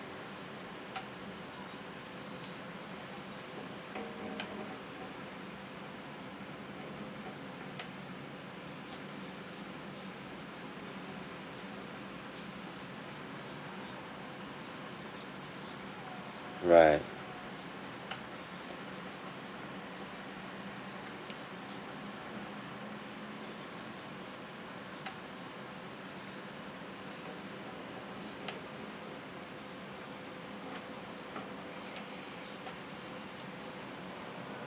right